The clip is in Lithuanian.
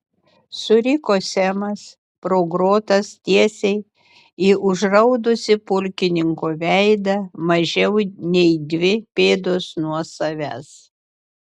suriko semas pro grotas tiesiai į užraudusį pulkininko veidą mažiau nei dvi pėdos nuo savęs